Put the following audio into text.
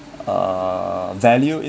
uh value